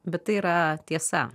bet tai yra tiesa